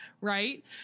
right